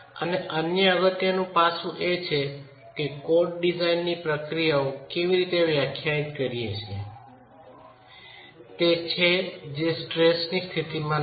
અને અન્ય અગત્યનું પાસું એ છે કે કોડ ડિઝાઇનની પ્રક્રિયાઓને કેવી રીતે વ્યાખ્યાયિત કરો છો તે છે જે સ્ટ્રેસની સ્થિતિમાં નથી